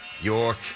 York